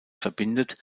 verbindet